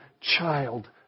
child